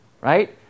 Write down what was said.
right